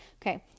Okay